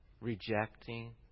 rejecting